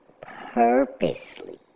Purposely